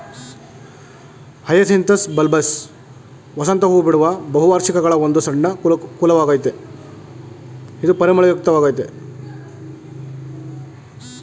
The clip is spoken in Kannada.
ಹಯಸಿಂಥಸ್ ಬಲ್ಬಸ್ ವಸಂತ ಹೂಬಿಡುವ ಬಹುವಾರ್ಷಿಕಗಳ ಒಂದು ಸಣ್ಣ ಕುಲವಾಗಯ್ತೆ ಇದು ಪರಿಮಳಯುಕ್ತ ವಾಗಯ್ತೆ